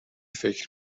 فکر